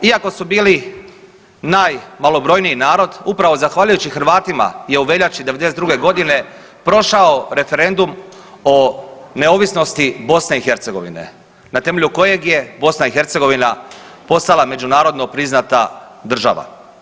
Iako su bili najmalobrojniji narod upravo zahvaljujući Hrvatima je u veljači '92.g. prošao referendum o neovisnosti BiH na temelju kojeg je BiH postala međunarodno priznata država.